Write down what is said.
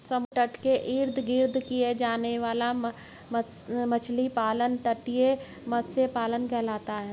समुद्र तट के इर्द गिर्द किया जाने वाला मछली पालन तटीय मत्स्य पालन कहलाता है